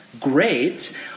Great